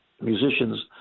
musicians